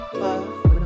love